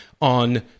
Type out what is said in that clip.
on